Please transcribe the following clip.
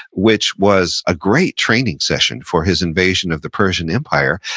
which was a great training session for his invasion of the persian empire.